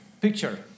picture